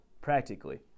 practically